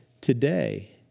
today